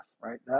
right